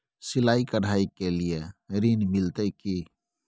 सिलाई, कढ़ाई के लिए ऋण मिलते की?